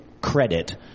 credit